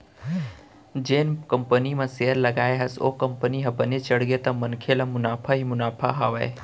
जेन कंपनी म सेयर लगाए हस ओ कंपनी ह बने चढ़गे त मनखे ल मुनाफा ही मुनाफा हावय